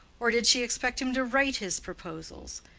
or did she expect him to write his proposals?